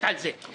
מה שנקרא "שחור",